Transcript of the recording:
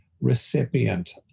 recipient